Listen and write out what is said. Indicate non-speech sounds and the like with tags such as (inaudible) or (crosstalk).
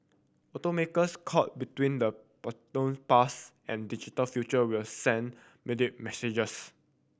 automakers caught between the (unintelligible) past and digital future will send muddled messages